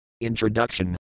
introduction